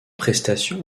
prestations